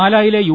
പാലായിലെ യു